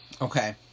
okay